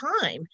time